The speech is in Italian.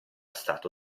stato